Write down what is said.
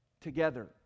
together